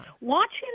Watching